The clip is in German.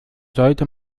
sollte